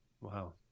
Wow